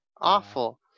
awful